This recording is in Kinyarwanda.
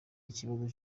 ikibazo